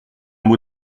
mot